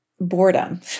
boredom